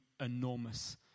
enormous